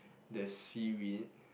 there's seaweed